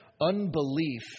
unbelief